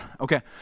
Okay